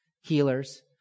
healers